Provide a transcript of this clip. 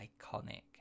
iconic